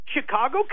Chicago